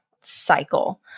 cycle